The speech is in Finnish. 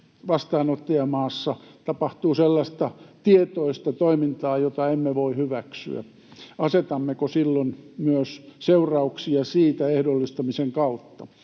vastaanottajamaassa tapahtuu sellaista tietoista toimintaa, jota emme voi hyväksyä? Asetammeko silloin myös seurauksia siitä ehdollistamisen kautta?